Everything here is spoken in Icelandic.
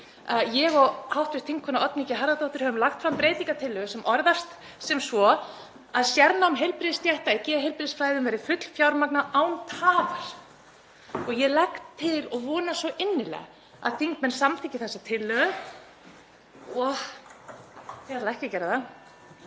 Ég og hv. þingkona Oddný G. Harðardóttir höfum lagt fram breytingartillögu sem orðast sem svo að sérnám heilbrigðisstétta í geðheilbrigðisfræðum verið fullfjármagnað án tafar. Ég legg til og vona svo innilega að þingmenn samþykki þessa tillögu — þau ætla ekki að gera það,